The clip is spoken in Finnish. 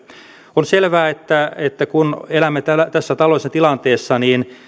on selvää että että kun elämme tässä taloudellisessa tilanteessa